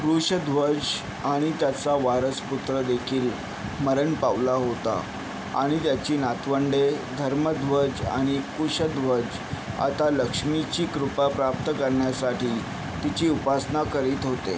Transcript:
वृषध्वज आणि त्याचा वारस पुत्र देखील मरण पावला होता आणि त्याची नातवंडे धर्मध्वज आणि कुशध्वज आता लक्ष्मीची कृपा प्राप्त करण्यासाठी तिची उपासना करीत होते